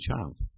child